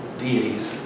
deities